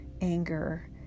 anger